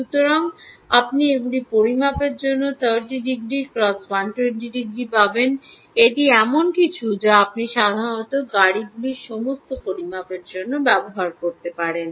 সুতরাং আপনি সেগুলি পরিমাপের জন্য 30 ডিগ্রি × 120 ডিগ্রীতে পাবেন এটি এমন কিছু যা আপনি সাধারণত গাড়িগুলির সমস্ত পরিমাপের জন্য ব্যবহার করতে পারেন